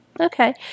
Okay